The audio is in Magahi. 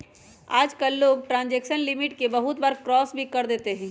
आजकल लोग ट्रांजेक्शन लिमिट के बहुत बार क्रास भी कर देते हई